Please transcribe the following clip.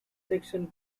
section